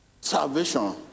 salvation